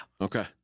Okay